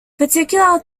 particular